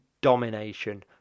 domination